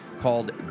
called